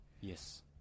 Yes